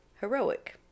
heroic